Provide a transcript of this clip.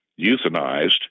euthanized